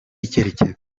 icyerekezo